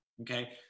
Okay